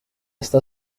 esta